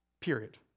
Period